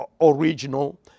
original